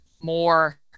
more